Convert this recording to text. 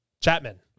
Chapman